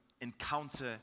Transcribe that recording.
encounter